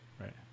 right